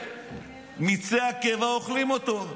מיצי הקיבה אוכלים אותו,